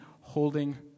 holding